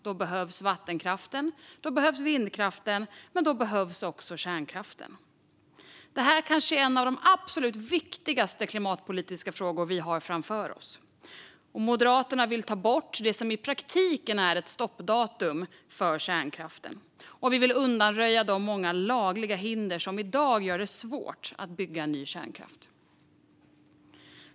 Då behövs vattenkraften, då behövs vindkraften och då behövs också kärnkraften. Det här kanske är en av de absolut viktigaste klimatpolitiska frågor som vi har framför oss. Moderaterna vill ta bort det som i praktiken är ett stoppdatum för kärnkraften och undanröja de många lagliga hinder som i dag gör det svårt att bygga ny kärnkraft.